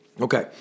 Okay